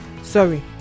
sorry